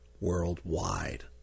worldwide